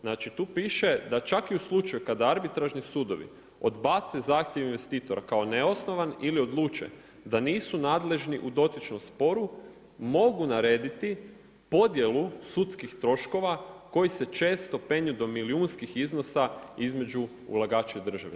Znači tu piše da čak i u slučaju kada arbitražni sudovi odbace zahtjev investitora kao neosnovan ili odluče da nisu nadležni u dotičnom sporu mogu narediti podjelu sudskih troškova koji se često penju do milijunskih iznosa između ulagača i države.